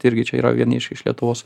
irgi čia yra vieni iš lietuvos